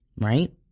right